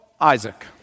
Isaac